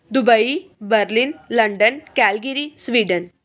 Dubai Berlin London Calgary Sweden